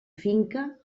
finca